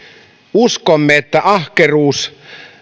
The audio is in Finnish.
uskomme että ahkeruus